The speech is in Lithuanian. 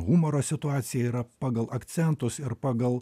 humoro situaciją yra pagal akcentus ir pagal